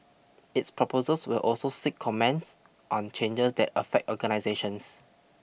it's proposals will also seek comments on changes that affect organisations